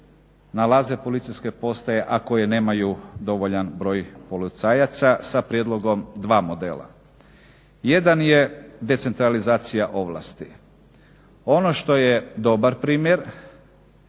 nalaze policijske postaje, a koje nemaju dovoljan broj policajaca sa prijedlogom dva modela. Jedan je decentralizacija ovlasti. Ono što je dobar primjer